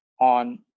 on